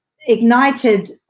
ignited